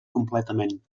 completament